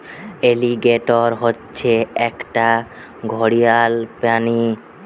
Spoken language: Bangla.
অলিগেটর হচ্ছে একটা ঘড়িয়াল প্রাণী